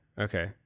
okay